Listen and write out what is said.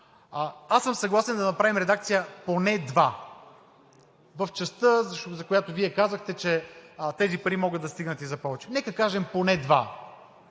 Аз съм съгласен да направим редакция в частта, за която Вие казахте, че тези пари могат да стигнат, и нека да кажем: поне два.